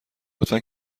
لطفا